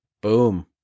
Boom